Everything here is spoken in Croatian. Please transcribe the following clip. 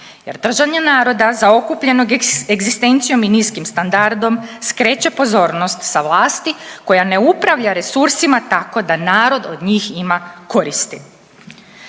jer držanje naroda zaokupljenog egzistencijom i niskim standardom skreće pozornost sa vlasti koja ne upravlja resursima tako da narod od njih ima koristi.